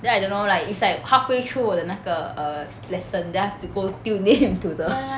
then I don't know like it's like halfway through 我的那个 err lesson then I have to go tune in into the